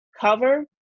cover